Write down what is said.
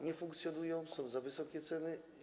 Niefunkcjonujące, za wysokie ceny.